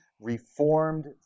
Reformed